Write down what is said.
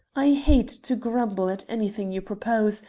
i hate to grumble at anything you propose,